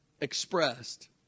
expressed